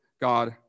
God